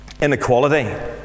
Inequality